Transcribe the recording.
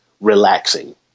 relaxing